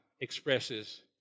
expresses